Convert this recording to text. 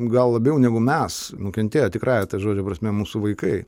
gal labiau negu mes nukentėjo tikrąja ta žodžio prasme mūsų vaikai